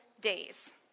days